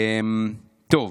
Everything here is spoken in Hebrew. טוב,